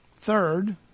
Third